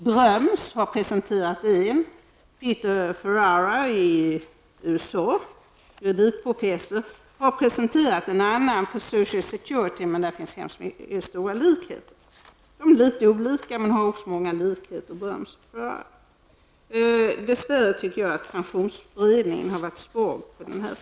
Bröms har presenterat en modell och juridikprofessorn Peter Ferrara i USA har presenterat en annan. De är litet olika, men det finns också stora likheter. Dess värre tycker jag att pensionsberedningen här har varit svag.